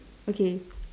okay